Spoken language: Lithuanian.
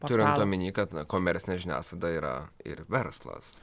turint omeny kad komercinė žiniasklaida yra ir verslas